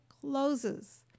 closes